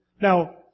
Now